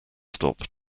stop